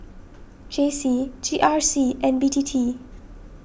J C G R C and B T T